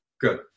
Good